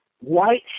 White